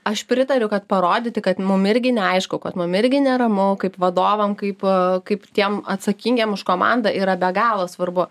aš pritariu kad parodyti kad mum irgi neaišku kad mum irgi neramu kaip vadovam kaip kaip tiem atsakingiem už komandą yra be galo svarbu